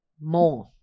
more